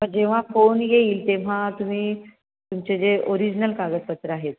मग जेव्हा फोन येईल तेव्हा तुम्ही तुमचे जे ओरिजिनल कागदपत्रं आहेत